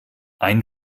ein